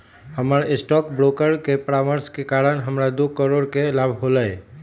हमर stock broker के परामर्श के कारण हमरा दो करोड़ के लाभ होलय